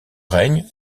règne